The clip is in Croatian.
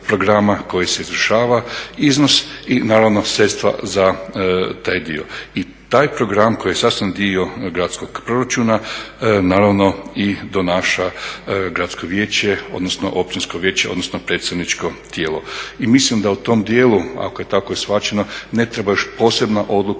koji se izvršava, iznos i naravno sredstva za taj dio. I taj program koji je sastavni dio gradskog proračuna donaša gradsko vijeće odnosno općinsko vijeće odnosno predsjedničko tijelo. I mislim da u tomo dijelu ako je tako shvaćeno ne treba posebna odluka